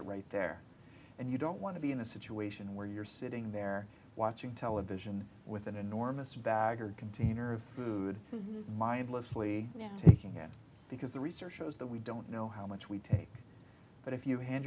it right there and you don't want to be in a situation where you're sitting there watching television with an enormous bag or container of food mindlessly now taking it because the research shows that we don't know how much we take but if you ha